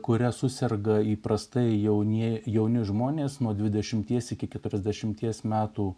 kuria suserga įprastai jaunieji jauni žmonės nuo dvidešimties iki keturiasdešimties metų